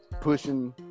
pushing